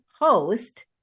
host